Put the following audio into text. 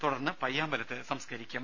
തുടർന്ന് പയ്യാമ്പലത്ത് സംസ്കാരിക്കും